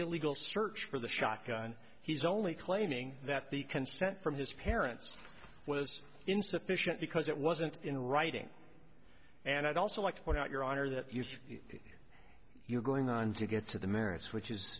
illegal search for the shotgun he's only claiming that the consent from his parents was insufficient because it wasn't in writing and i'd also like to point out your honor that you're going on to get to the merits which is